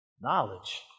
knowledge